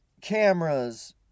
cameras